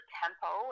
tempo